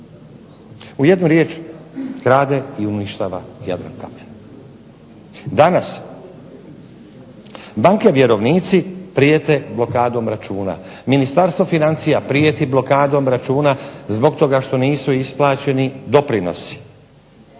U jednu riječ, krade i uništava Jadrankamen. Danas banke vjerovnici prijete blokadom računa, Ministarstvo financija prijeti blokadom računa zbog toga što nisu isplaćeni doprinosi,